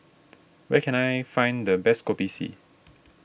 where can I find the best Kopi C